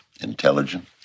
intelligent